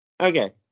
Okay